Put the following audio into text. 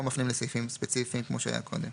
מפנים לסעיפים ספציפיים כמו שהיה קודם.